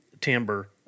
timber